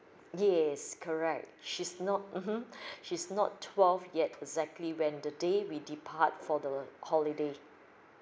yes correct she's not mmhmm she's not twelve yet exactly when the day we depart for the holiday